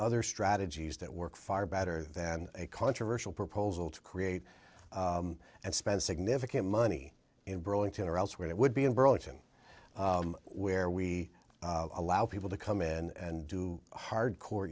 other strategies that work far better than a controversial proposal to create and spend significant money in burlington or elsewhere that would be in burlington where we allow people to come in and do hardcore